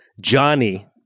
Johnny-